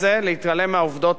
להתעלם מהעובדות האלה,